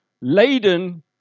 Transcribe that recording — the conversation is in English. laden